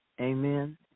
Amen